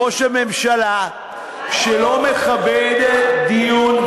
ראש הממשלה שלא מכבד דיון,